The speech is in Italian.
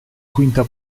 quinta